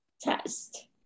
test